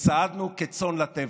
וצעדנו כצאן לטבח.